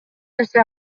нерсе